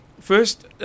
First